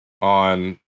on